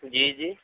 جی جی